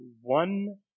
one